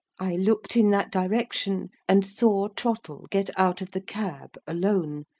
i looked in that direction, and saw trottle get out of the cab alone,